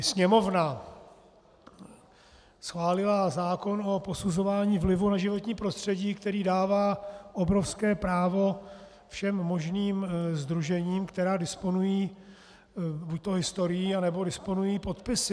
Sněmovna schválila zákon o posuzování vlivu na životní prostředí, který dává obrovské právo všem možným sdružením, která disponují buďto historií, nebo disponují podpisy.